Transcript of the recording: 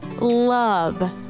love